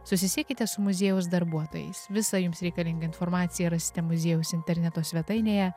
susisiekite su muziejaus darbuotojais visą jums reikalingą informaciją rasite muziejaus interneto svetainėje